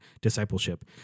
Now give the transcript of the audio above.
discipleship